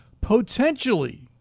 potentially